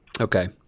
Okay